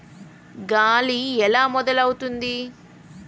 గాలి ఎలా మొదలవుతుంది?